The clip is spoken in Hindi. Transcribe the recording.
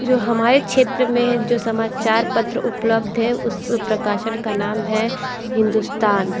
जो हमारे क्षेत्र में जो समाचार पत्र उपलब्ध हैं उस प्रकाशन का नाम है हिंदुस्तान